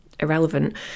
irrelevant